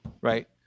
right